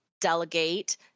delegate